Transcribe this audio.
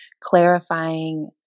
clarifying